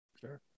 Sure